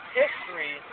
history